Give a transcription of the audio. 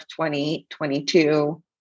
2022